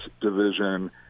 division